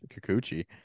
Kikuchi